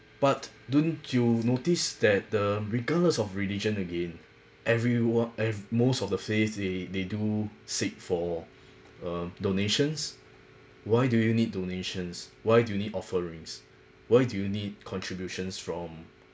but don't you notice that um regardless of religion again everyone ev~ most of the faith they they do seek for um donations why do you need donations why do you need offerings why do you need contributions from